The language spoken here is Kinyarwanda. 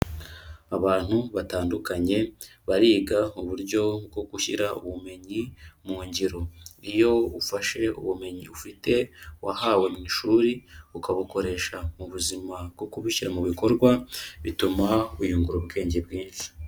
Abantu batandukanye bariga uburyo bwo gushyira ubumenyi mu ngiro, iyo ufashe ubumenyi ufite wahawe mu ishuri ukabukoresha mu buzima bwo kubishyira mu bikorwa bituma wiyungura ubwenge bwinshi.